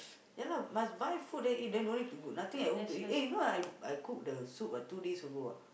ya lah must buy food then eat then no need to good nothing at home to eat eh you know I I cook the soup ah two days ago ah